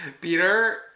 peter